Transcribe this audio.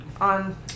on